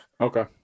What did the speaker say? Okay